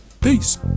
Peace